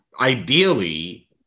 ideally